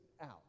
out